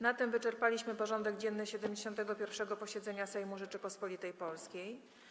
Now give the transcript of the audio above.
Na tym wyczerpaliśmy porządek dzienny 71. posiedzenia Sejmu Rzeczypospolitej Polskiej.